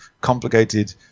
complicated